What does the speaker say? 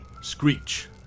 screech